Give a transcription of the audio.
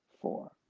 four